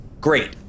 Great